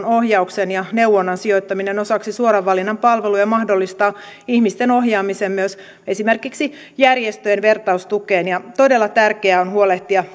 ohjauksen ja neuvonnan sijoittaminen osaksi suoran valinnan palveluja mahdollistaa ihmisten ohjaamisen myös esimerkiksi järjestöjen vertaistukeen ja todella tärkeää on huolehtia